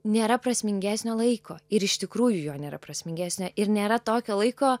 nėra prasmingesnio laiko ir iš tikrųjų jo nėra prasmingesnio ir nėra tokio laiko